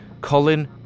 Colin